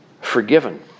forgiven